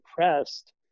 depressed